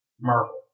Marvel